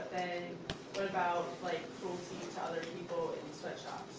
then, what about, like, cruelty to other people in sweatshops?